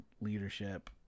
leadership